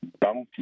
Bounty